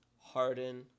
Harden